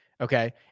okay